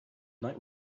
night